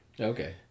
Okay